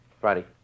Friday